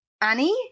Annie